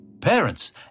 Parents